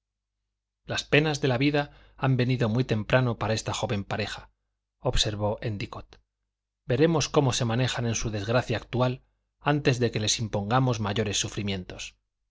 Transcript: las penas de la vida han venido muy temprano para esta joven pareja observó endicott veremos cómo se manejan en su desgracia actual antes de que les impongamos mayores sufrimientos